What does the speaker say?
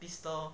pistol